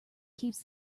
keeps